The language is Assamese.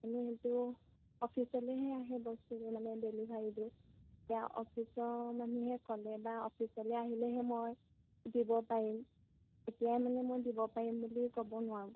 মানে সেইটো অফিচলৈহে আহে বস্তুটো মানে ডেলিভাৰীটো এতিয়া অফিচৰ মানুহে ক'লে বা অফিচলৈ আহিলেহে মই দিব পাৰিম এতিয়াই মানে মই দিব পাৰিম বুলি ক'ব নোৱাৰোঁ